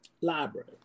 library